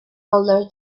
older